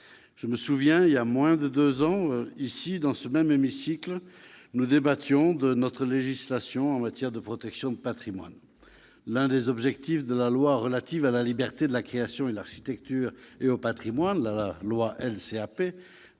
Je me souviens qu'il y a moins de deux ans nous débattions dans ce même hémicycle de notre législation en matière de protection du patrimoine. L'un des objectifs de la loi relative à la liberté de la création, à l'architecture et au patrimoine- la loi LCAP